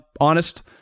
honest